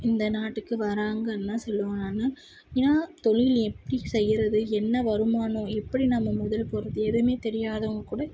இந்த நாட்டுக்கு வர்றாங்கன்னுலாம் சொல்வாங்க ஏன்னா தொழில் எப்படி செய்கிறது என்ன வருமானம் எப்படி நம்ம முதல் போடுறது எதுவுமே தெரியாதவங்க கூட